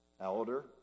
elder